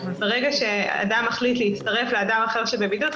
ברגע שאדם מחליט להצטרף לאדם אחר שנמצא בבידוד,